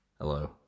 Hello